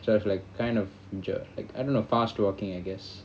so I have to like kind of ju- like I don't know fast walking I guess